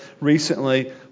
recently